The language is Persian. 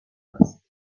است